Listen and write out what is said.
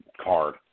card